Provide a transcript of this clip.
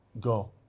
go